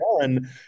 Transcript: done